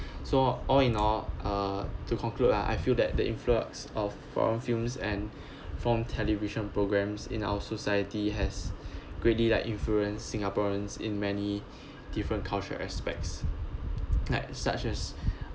so all in all uh to conclude ah I feel that the influx of foreign films and from television programs in our society has greatly like influence singaporeans in many different cultural aspects like such as